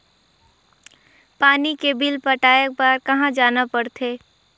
पानी के बिल पटाय बार कहा जाना पड़थे?